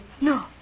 No